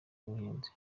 w’ubuhinzi